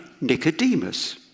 Nicodemus